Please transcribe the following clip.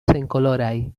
senkoloraj